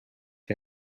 him